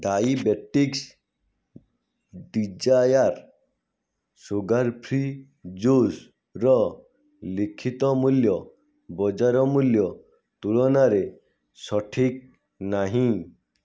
diabetics desire sugar free ଜୁସ୍ର ଲିଖିତ ମୂଲ୍ୟ ବଜାର ମୂଲ୍ୟ ତୁଳନାରେ ସଠିକ୍ ନାହିଁ